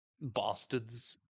bastards